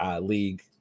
league